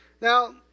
now